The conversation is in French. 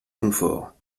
confort